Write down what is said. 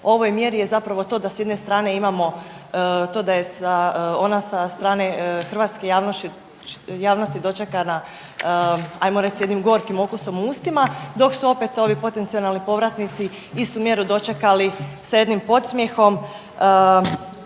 jedne strane imamo to da je ona sa strane hrvatske javnosti dočekana ajmo reć s jednim gorkim okusom u ustima dok su opet ovi potencionalni povratnici istu mjeru dočekali sa jednim podsmjehom